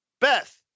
Beth